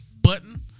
button